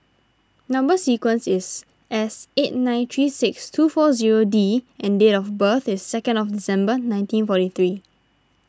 Number Sequence is S eight nine three six two four zero D and date of birth is second of December nineteen forty three